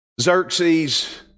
Xerxes